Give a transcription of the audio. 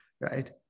right